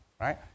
right